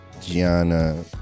Gianna